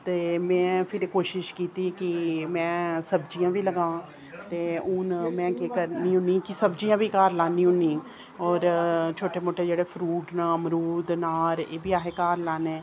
ते मैं फिर एह् कोशिश कीती कि मैं सब्जियां बी लगां ते हून मैं केह् करनी होन्नीं कि सब्जियां बी घर लान्नी होन्नीं होर छोटे मोटे जेह्ड़े फरूट न मरूद नार इब्बी अह घर लान्ने